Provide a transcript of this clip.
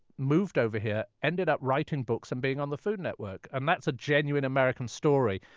moved over here, ended up writing books and being on the food network. um that's a genuine american story.